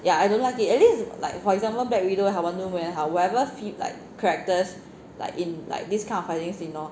yeah I don't like it at least like for example black widow 也好 wonder woman 也好 whatever fe~ characters like in like this kind of fighting scene lor